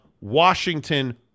Washington